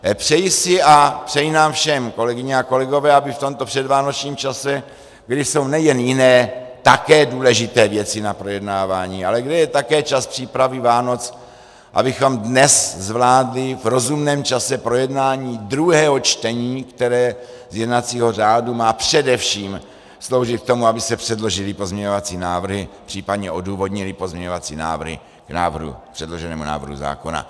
Přeji si a přeji nám všem, kolegyně a kolegové, aby v tomto předvánočním čase, kdy jsou nejen jiné také důležité věci na projednávání, ale kdy je také čas přípravy Vánoc, abychom dnes zvládli v rozumném čase projednání druhého čtení, které z jednacího řádu má především sloužit k tomu, aby se předložily pozměňovací návrhy, případně odůvodnily pozměňovací návrhy k předloženému návrhu zákona.